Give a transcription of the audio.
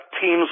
teams